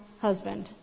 husband